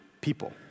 people